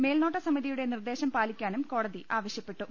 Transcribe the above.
മേൽനോട്ട സമിതിയുടെ നിർദേശം പാലിക്കാനും കോടതി ആവശ്യപ്പെട്ടു